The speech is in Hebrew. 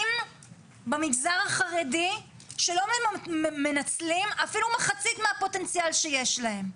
במגזר החרדי שלא מנצלים אפילו מחצית מהפוטנציאל שיש להם,